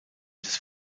des